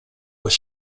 was